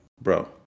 Bro